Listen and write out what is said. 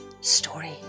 Story